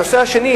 הנושא השני,